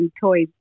toys